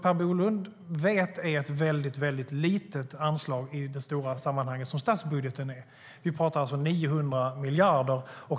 Per Bolund vet att det är ett väldigt litet anslag i det stora sammanhang som statsbudgeten är - vi pratar om 900 miljarder.